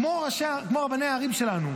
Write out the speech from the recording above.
כמו רבני הערים שלנו.